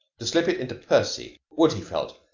to slip it into percy would, he felt,